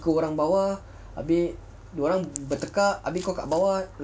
orang bawah abeh dia orang bertekak abeh kau kat bawah